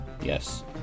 Yes